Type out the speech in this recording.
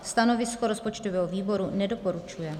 Stanovisko rozpočtového výboru nedoporučuje.